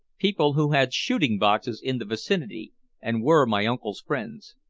people who had shooting-boxes in the vicinity and were my uncle's friends.